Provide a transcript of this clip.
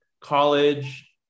college